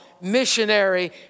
missionary